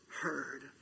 heard